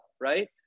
right